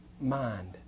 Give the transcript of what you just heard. mind